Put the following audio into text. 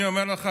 אני אומר לך,